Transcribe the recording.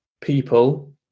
people